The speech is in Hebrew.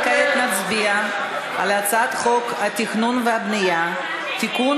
וכעת נצביע על הצעת חוק התכנון והבנייה (תיקון,